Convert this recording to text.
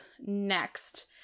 next